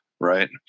Right